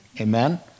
amen